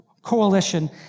coalition